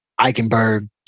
Eichenberg